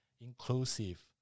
inclusive